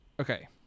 Okay